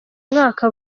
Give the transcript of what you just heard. mwaka